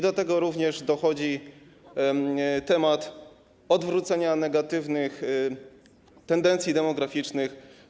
Do tego również dochodzi problem odwrócenia negatywnych tendencji demograficznych.